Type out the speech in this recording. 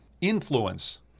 influence